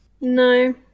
No